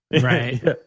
Right